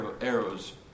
arrows